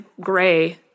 gray